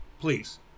Please